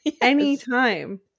anytime